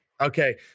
Okay